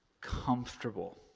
comfortable